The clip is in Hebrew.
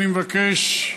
אני מבקש,